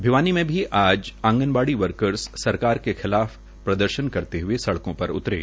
भिवानी में आंगनवाडी वर्कर्स आज सरकार के खिलाफ प्रदर्शन करते हुए सड़कों पर उतरे